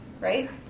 right